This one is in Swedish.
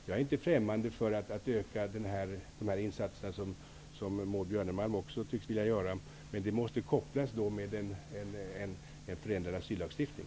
Jag är inte främmande för att öka dessa insatser, som också Maud Björnemalm tycks vilja göra, men det måste då kopplas till en förändrad asyllagstiftning.